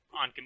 on